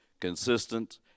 consistent